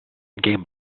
game